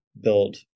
build